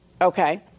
Okay